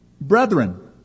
Brethren